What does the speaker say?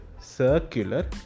circular